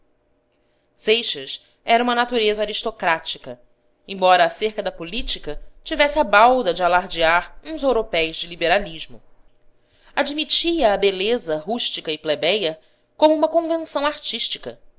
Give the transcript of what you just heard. seixas era uma natureza aristocrática embora acerca da política tivesse a balda de alardear uns ouropéis de liberalismo admitia a beleza rústica e plebéia como uma convenção artística